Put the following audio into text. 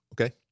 Okay